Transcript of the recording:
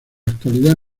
actualidad